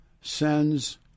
sends